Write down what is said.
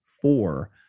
four